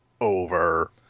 over